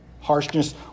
Harshness